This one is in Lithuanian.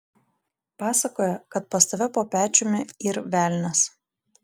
pasakoja kad pas tave po pečiumi yr velnias